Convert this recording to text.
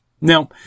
now